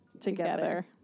Together